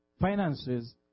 finances